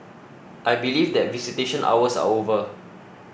I believe that visitation hours are over